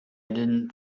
didn’t